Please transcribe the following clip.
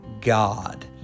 God